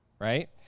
Right